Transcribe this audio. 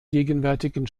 gegenwärtigen